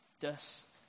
dust